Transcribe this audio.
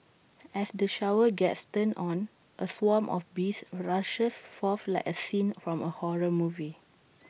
as the shower gets turned on A swarm of bees rushes forth like A scene from A horror movie